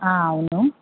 అవును